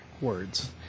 Words